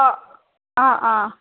অঁ অঁ অঁ